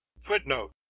footnote